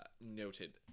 noted